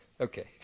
Okay